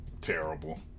terrible